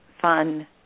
fun